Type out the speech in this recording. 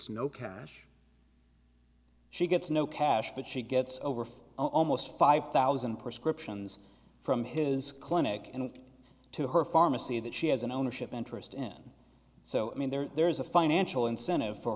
it's no cash she gets no cash but she gets over for almost five thousand prescriptions from his clinic and to her pharmacy that she has an ownership interest in so i mean there's a financial incentive for